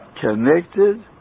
connected